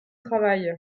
travail